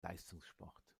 leistungssport